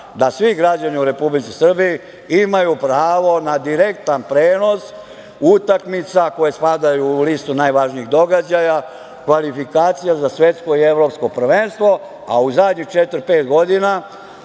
da svi građani u Republici Srbiji imaju pravo na direktan prenos utakmica koje spadaju u listu najvažnijih događaja, kvalifikacija za svetsko i evropsko prvenstvo, a zadnjih četiri, pet godina